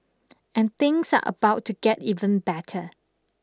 and things are about to get even better